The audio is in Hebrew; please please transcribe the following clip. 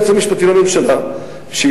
חבר הכנסת טלב אלסאנע, אני